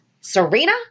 Serena